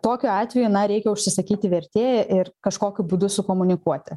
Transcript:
tokiu atveju na reikia užsisakyti vertėją ir kažkokiu būdu su komunikuoti